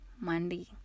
Monday